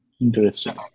Interesting